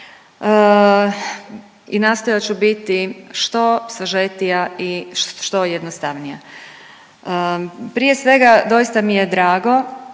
i nastojat ću biti što sažetija i što jednostavnija. Prije svega doista mi je drago